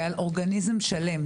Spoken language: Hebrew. כעל אורגניזם שלם.